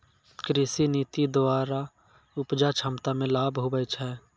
कृषि नीति द्वरा उपजा क्षमता मे लाभ हुवै छै